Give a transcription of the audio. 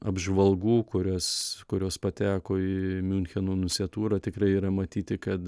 apžvalgų kurios kurios pateko į miuncheno nunciatūrą tikrai yra matyti kad